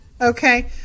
Okay